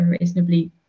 reasonably